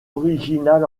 original